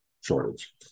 shortage